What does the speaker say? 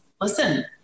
listen